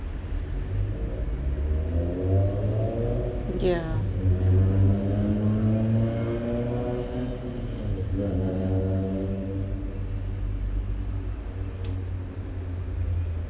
yeah